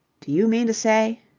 do you mean to say?